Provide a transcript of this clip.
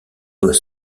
doit